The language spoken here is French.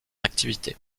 activité